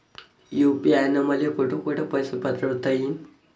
UPI न मले कोठ कोठ पैसे पाठवता येईन?